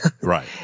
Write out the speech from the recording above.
Right